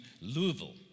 Louisville